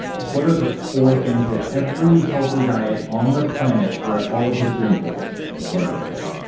just what are the four things that every healthy diet on the planet throughout all of history includes. what are the four?